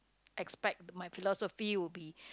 expect my philosophy would be